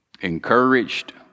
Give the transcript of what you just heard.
encouraged